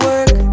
Work